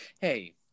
Hey